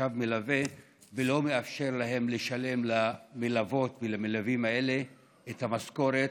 חשב מלווה שלא מאפשר להן לשלם למלוות ולמלווים האלה את המשכורת,